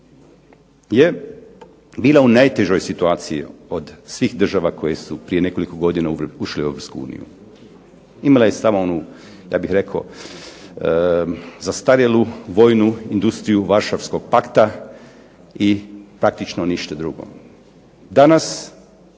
je bila u najtežoj situaciji od svih država koje su prije nekoliko godina ušle u Europsku uniju. Imala je samo onu ja bih rekao zastarjelu vojnu industriju Varšavskog pakta, i praktično ništa drugo. Danas